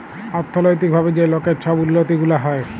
অথ্থলৈতিক ভাবে যে লকের ছব উল্লতি গুলা হ্যয়